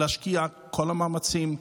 להשקיע את כל המאמצים,